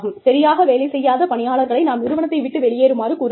சரியாக வேலை செய்யாத பணியாளர்களை நாம் நிறுவனத்தை விட்டு வெளியேறுமாறு கூறுகிறோம்